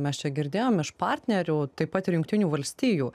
mes čia girdėjom iš partnerių taip pat ir jungtinių valstijų